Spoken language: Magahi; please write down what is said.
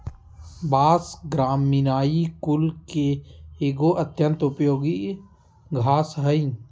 बाँस, ग्रामिनीई कुल के एगो अत्यंत उपयोगी घास हइ